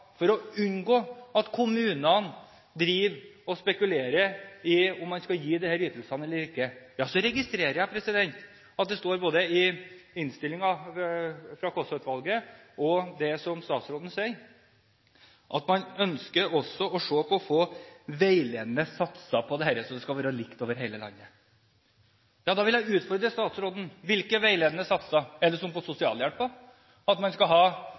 for å unngå at kommunene driver og spekulerer i om man skal gi disse ytelsene eller ikke? Så registrerer jeg at det står i innstillingen fra Kaasa-utvalget – og at statsråden sier – at man også ønsker å se om man kan få veiledende satser for dette, så det skal være likt over hele landet. Da vil jeg utfordre statsråden: Hvilke veiledende satser? Er det som for sosialhjelpen, at man skal ha